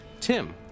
Tim